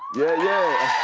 yeah yeah.